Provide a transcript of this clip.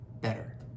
better